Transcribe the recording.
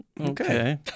okay